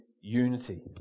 unity